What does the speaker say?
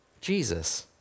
Jesus